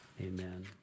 amen